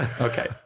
Okay